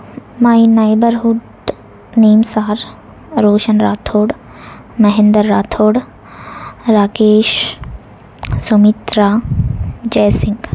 my neighbourhood names are Roshan Rathod Mahender Rathod Rakesh Sumitra Jessica